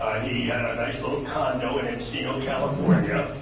he had a nice little condo in encino, california.